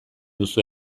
duzu